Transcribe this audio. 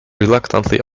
reluctantly